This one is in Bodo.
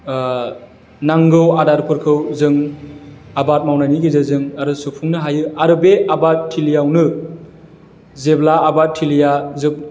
नांगौ आदारफोरखौ जों आबाद मावनायनि गेजेरजों आरो सुफुंनो हायो आरो बे आबाद थिलियावनो जेब्ला आबाद थिलिया